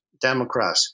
democrat